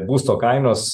būsto kainos